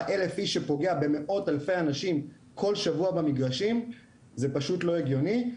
1,000 איש שפוגע במאות אלפי אנשים כל שבוע במגרשים זה פשוט לא הגיוני,